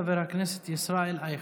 חבר הכנסת ישראל אייכלר,